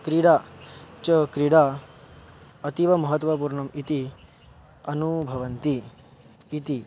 क्रीडा च क्रीडा अतीवमहत्वपूर्णम् इति अनूभवन्ति इति